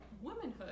...womanhood